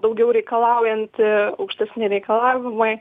daugiau reikalaujanti aukštesni reikalavimai